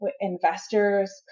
investors